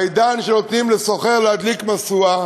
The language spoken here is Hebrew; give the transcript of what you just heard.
בעידן שנותנים לסוחר להדליק משואה